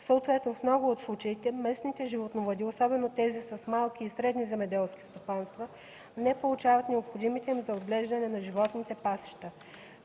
Съответно в много от случаите местните животновъди, особено тези с малки и средни земеделски стопанства, не получават необходимите им за отглеждане на животните пасища.